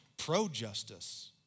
pro-justice